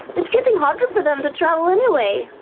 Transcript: it's getting harder for them to travel, anyway.